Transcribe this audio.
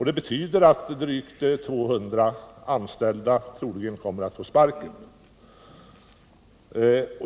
Det betyder att drygt 200 anställda troligen kommer att få sparken.